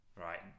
right